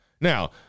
Now